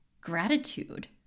gratitude